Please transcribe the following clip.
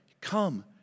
Come